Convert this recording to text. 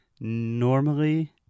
normally